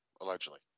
allegedly